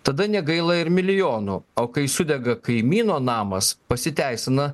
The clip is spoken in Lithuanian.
tada negaila ir milijonų o kai sudega kaimyno namas pasiteisina